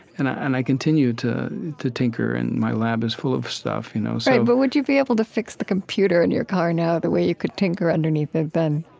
and ah and i continue to to tinker and my lab is full of stuff right, you know so but would you be able to fix the computer in your car now the way you could tinker underneath it then?